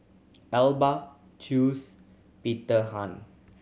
Alba Chew's Peter Han